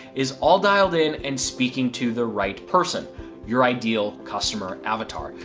is all dialed in and speaking to the right person your ideal customer avatar.